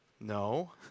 No